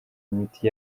imiti